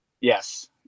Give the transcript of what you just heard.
Yes